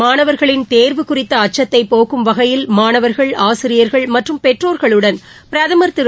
மாணவர்களின் தேர்வு குறித்த அச்சத்தைப் போக்கும் வகையில் மாணவர்கள் ஆசிரியர்கள் மற்றும் பெற்றோர்களுடன் பிரதமா் திரு